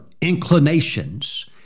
inclinations